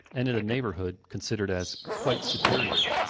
and in the neighbourhood considered as quite superior.